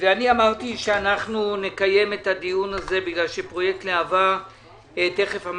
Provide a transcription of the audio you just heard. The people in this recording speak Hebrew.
אמרתי, שנקיים את הדיון הזה כי פרויקט להב"ה ומהר,